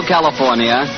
California